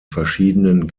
verschiedenen